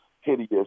hideous